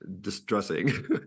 distressing